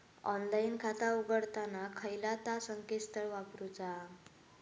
Online खाता उघडताना खयला ता संकेतस्थळ वापरूचा?